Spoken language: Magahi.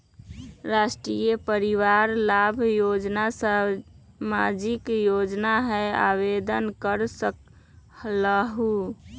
राष्ट्रीय परिवार लाभ योजना सामाजिक योजना है आवेदन कर सकलहु?